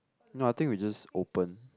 not I think we just open